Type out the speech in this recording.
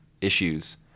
issues